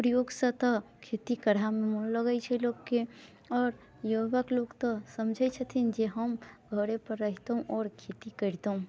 प्रयोगसँ तऽ खेती करहेमे मन लगैत छै लोककेँ आओर योगक लोक तऽ समझैत छथिन जे हम घरे पर रहितहुँ आओर खेती करितहुँ